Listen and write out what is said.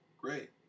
Great